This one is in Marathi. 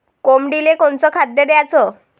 कोंबडीले कोनच खाद्य द्याच?